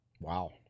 Wow